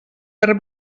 per